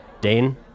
Dane